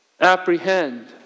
apprehend